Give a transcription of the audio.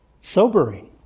Sobering